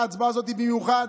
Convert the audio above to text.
להצבעה הזאת במיוחד,